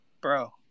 bro